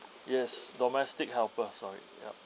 yes domestic helper sorry